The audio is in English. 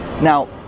Now